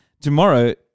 tomorrow